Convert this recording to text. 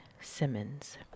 Simmons